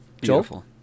beautiful